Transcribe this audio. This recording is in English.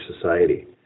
society